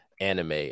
anime